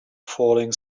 falling